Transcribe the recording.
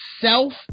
self